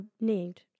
need